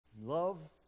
Love